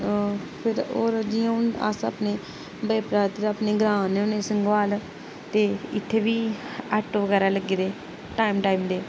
ओह् फिर होर जियां हून अस अपनी बजीपुरा इद्धर अपने ग्रांऽ आन्ने होन्ने संगवाल ते इत्थै बी आटो बगैरा लग्गे दे टाइम टाइम दे